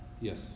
Yes